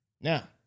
Now